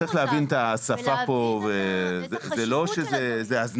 צריך להכיר את השפה, זו לא הזנחה.